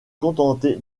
contenter